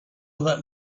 that